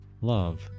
Love